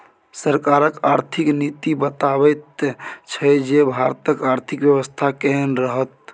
सरकारक आर्थिक नीति बताबैत छै जे भारतक आर्थिक बेबस्था केहन रहत